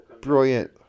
brilliant